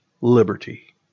liberty